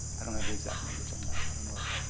i don't know the exact numbers on that. i don't know if